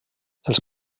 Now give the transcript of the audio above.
els